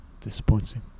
Disappointing